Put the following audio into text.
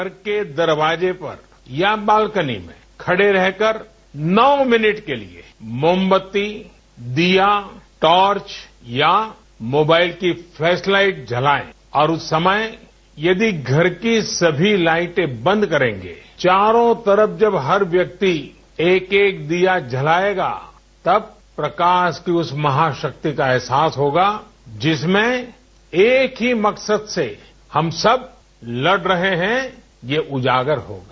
घर के दरवाजे पर या बालकनी में खड़े रहकर नौ मिनट के लिए मोमबत्ती दीया ट्रॉर्च या मोबाइल की फ्लैश लाइट जलाएं और उस समय यदि घर की सभी लाइटें बंद करेंगे चारों तरफ जब हर व्य क्ति एक एक दीया जलाएगा तब प्रकाश की उस महाशक्ति का अहसास होगा जिसमें एक ही मकसद से हम सब लड़ रहे हैं ये उजागर होगा